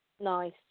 nice